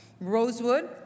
Rosewood